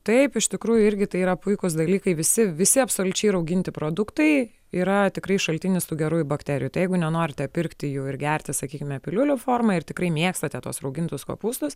taip iš tikrųjų irgi tai yra puikūs dalykai visi visi absoliučiai rauginti produktai yra tikrai šaltinis tų gerųjų bakterijų tai jeigu nenorite pirkti jų ir gerti sakykime piliulių forma ir tikrai mėgstate tuos raugintus kopūstus